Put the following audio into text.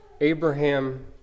Abraham